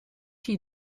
die